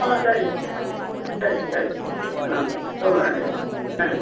ஆ சரிங்க சரிங்க சரிங்க ஆ ரொம்ப நன்றிங்க நன்றி